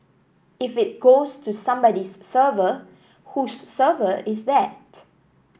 if it goes to somebody's server whose server is that